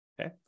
Okay